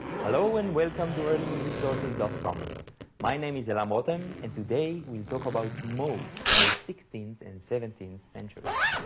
hello and welcome to early music sources com. my name is elam rotem and today we'll talk about modes in the sixteenth and seventeenth centuries.